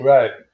Right